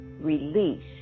release